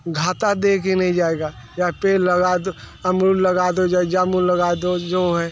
घाटा दे के नहीं जाएगा या पेड़ लगा दो अमरुद लगा दो या जामुन लगा दो जो है